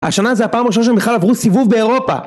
השנה זה הפעם הראשונה שהם בכלל עברו סיבוב באירופה